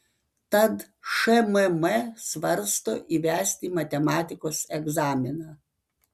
tad šmm svarsto įvesti matematikos egzaminą